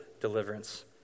deliverance